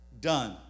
done